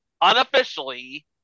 unofficially